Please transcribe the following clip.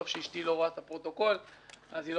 טוב שאשתי לא רואה את הפרוטוקול אז היא לא